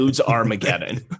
armageddon